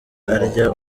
arya